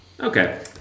Okay